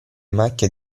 macchia